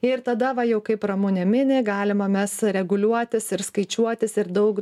ir tada va jau kaip ramunė mini galime mes reguliuotis ir skaičiuotis ir daug